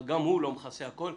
אבל גם הוא לא מכסה הכול.